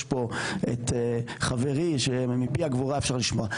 יש פה את חברי שמפי הגבורה אפשר לשמוע.